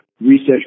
research